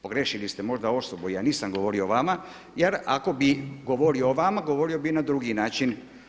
Pogriješili ste možda osobu, ja nisam govorio o vama, jer ako bi govorio o vama govorio bi na drugi način.